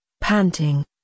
panting